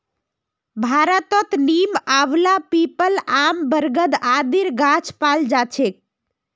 भारतत नीम, आंवला, पीपल, आम, बरगद आदिर गाछ पाल जा छेक